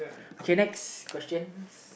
okay next questions